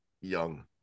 young